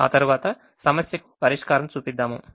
ఆ తర్వాత సమస్యకు పరిష్కారం చూపిద్దాము